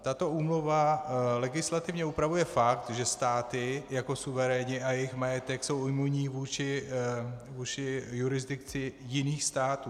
Tato úmluva legislativně upravuje fakt, že státy jako suveréni a jejich majetek jsou imunní vůči jurisdikci jiných států.